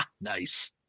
Nice